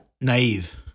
Naive